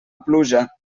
pluja